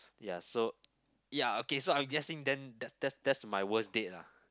ya so ya okay so I'm guessing then that that that's my worst date lah